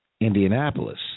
Indianapolis